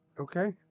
Okay